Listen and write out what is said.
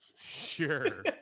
Sure